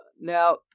Now